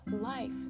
life